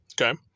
okay